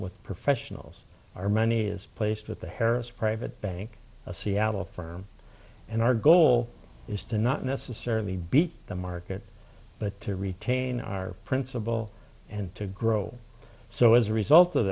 with professionals our money is placed with the harris private bank of seattle firm and our goal is to not necessarily be the mark it but to retain our principle and to grow so as a result of